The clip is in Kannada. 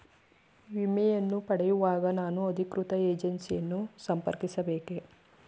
ವಿಮೆಯನ್ನು ಪಡೆಯುವಾಗ ನಾನು ಅಧಿಕೃತ ಏಜೆನ್ಸಿ ಯನ್ನು ಸಂಪರ್ಕಿಸ ಬೇಕೇ?